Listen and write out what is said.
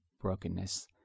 brokenness